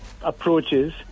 approaches